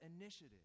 initiative